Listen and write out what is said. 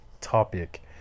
topic